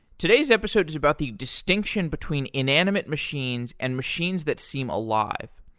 today's episode is about the distinction between inanimate machines and machines that seem alive.